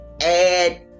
Add